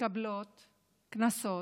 מקבלות קנסות,